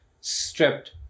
Stripped